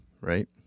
right